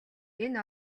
энэ